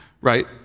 right